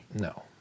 No